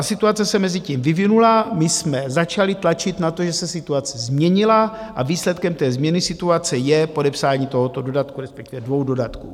Situace se mezitím vyvinula, my jsme začali tlačit na to, že se situace změnila, a výsledkem změny situace je podepsání tohoto dodatku, respektive dvou dodatků.